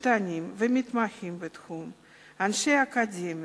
משפטנים ומתמחים בתחום, אנשי אקדמיה,